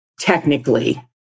Technically